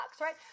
right